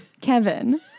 Kevin